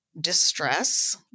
distress